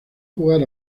jugar